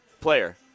Player